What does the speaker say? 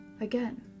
Again